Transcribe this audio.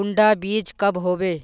कुंडा बीज कब होबे?